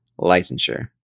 licensure